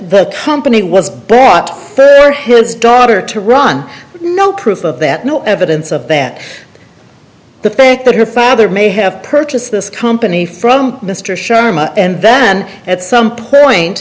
the company was but further his daughter to run no proof of that no evidence of that the fact that her father may have purchased this company from mr sharma and then at some point